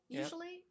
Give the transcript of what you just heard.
usually